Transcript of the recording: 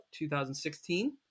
2016